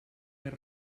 més